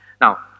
Now